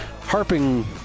harping